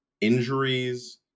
injuries